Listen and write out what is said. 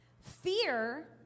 fear